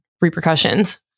repercussions